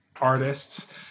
artists